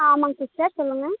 ஆ ஆமாங்க சிஸ்டர் சொல்லுங்கள்